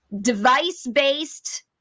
device-based